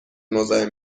مزاحم